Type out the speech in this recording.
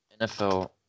NFL